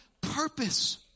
Purpose